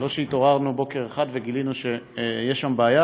זה לא שהתעוררנו בוקר אחד וגילינו שיש שם בעיה,